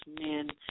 men